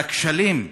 על הכשלים והכישלונות,